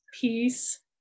peace